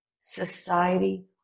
society